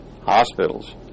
hospitals